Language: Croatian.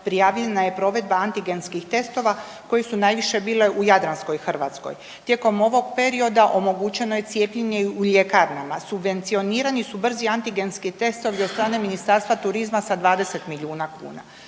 prijavljena je provedba antigenskih testova koji su najviše bile u jadranskoj Hrvatskoj. Tijekom ovog perioda omogućeno je cijepljenje i u ljekarnama. Subvencionirani su brzi antigenski testovi od strane Ministarstva turizma sa 20 milijuna kuna.